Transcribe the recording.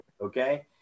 okay